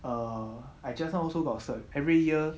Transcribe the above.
err I just now also got search every year